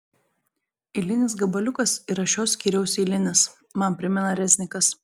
eilinis gabaliukas yra šio skyriaus eilinis man primena reznikas